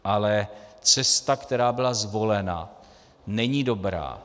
Ale cesta, která byla zvolena, není dobrá.